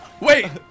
Wait